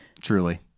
Truly